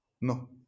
No